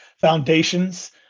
foundations